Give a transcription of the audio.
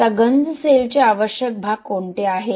आता गंज सेलचे आवश्यक भाग कोणते आहेत